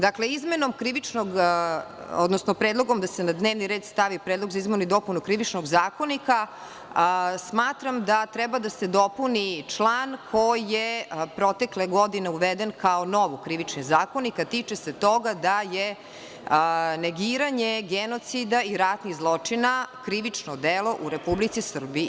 Dakle, predlogom da se na dnevni red stavi Predlog za izmenu i dopunu Krivičnog zakonika, smatram da treba da se dopuni član koji je protekle godine uveden kao nov u Krivični zakonik, a tiče se toga da je negiranje genocida i ratnih zločina krivično delo u Republici Srbiji.